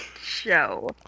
show